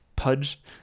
Pudge